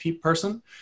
person